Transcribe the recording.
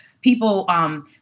people